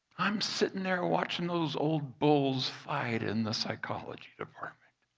i'm sitting there, watching those old bulls fight in the psychology department